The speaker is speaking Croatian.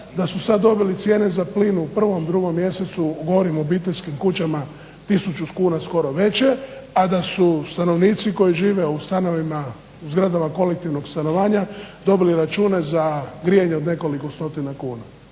da su sad dobili cijene za plin u prvom, drugom mjesecu govorim o obiteljskim kućama tisuću kuna skoro veće a da su stanovnici koji žive u stanovima u zgradama kolektivnog stanovanja dobili račune za grijanje od nekoliko stotina kuna.